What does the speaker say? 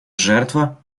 жертва